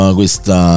questa